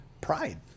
pride